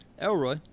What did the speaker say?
Elroy